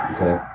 Okay